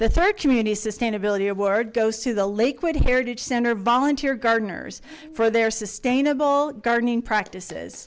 the third community sustainability of word goes to the liquid heritage center volunteer gardeners for their sustainable gardening practices